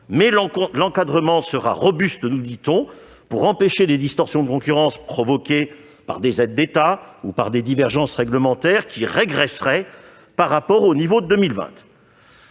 l'encadrement sera robuste, nous dit-on, pour empêcher des distorsions de concurrence provoquées par des aides d'État ou par des divergences réglementaires qui régresseraient par rapport au niveau de 2020.